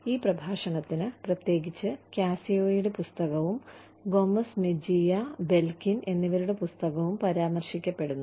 ഈ പ്രഭാഷണത്തിന് പ്രത്യേകിച്ച് കാസിയോയുടെ പുസ്തകവും ഗോമസ് മെജിയ ബെൽകിൻ എന്നിവരുടെ പുസ്തകവും പരാമർശിക്കപ്പെടുന്നു